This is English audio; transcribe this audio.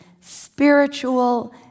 spiritual